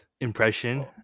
Impression